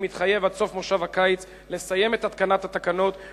אני מתחייב לסיים עד סוף כנס הקיץ את התקנת התקנות,